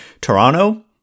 Toronto